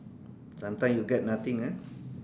sometimes you get nothing ah